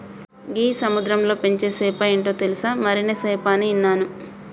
గీ సముద్రంలో పెంచే సేప ఏంటో తెలుసా, మరినే సేప అని ఇన్నాను